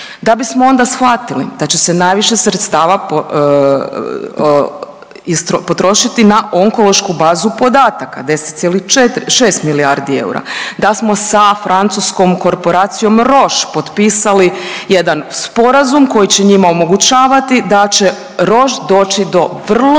da bismo onda shvatili da će se najviše sredstava potrošiti na onkološku bazu podataka 10,6 milijardi eura, da smo sa francuskom korporacijom Rosch potpisali jedan sporazum koji će njima omogućavati da će Rosch doći do vrlo